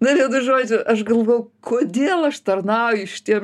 na vienu žodžiu aš galvoju kodėl aš tarnauju šitiem